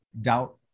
doubt